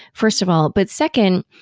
first of all but second,